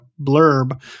blurb